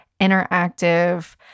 interactive